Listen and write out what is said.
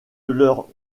leur